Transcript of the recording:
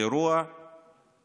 זה אירוע מופרע.